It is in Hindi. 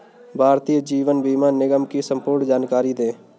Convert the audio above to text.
भारतीय जीवन बीमा निगम की संपूर्ण जानकारी दें?